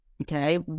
okay